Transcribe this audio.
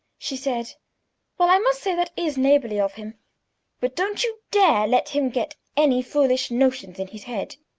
she said well, i must say that is neighbourly of him but don't you dare let him get any foolish notions in his head.